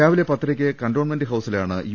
രാവിലെ പത്തരയ്ക്ക് കന്റോൺമെന്റ് ഹൌസിലാണ് യു